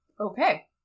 Okay